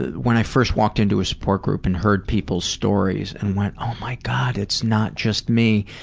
when i first walked into a support group and heard people's stories and went oh my god. it's not just me!